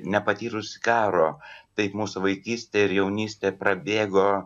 nepatyrusi karo taip mūsų vaikystė ir jaunystė prabėgo